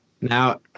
Now